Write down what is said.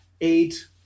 eight